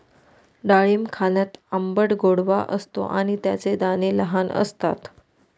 डाळिंब खाण्यात आंबट गोडवा असतो आणि त्याचे दाणे लहान असतात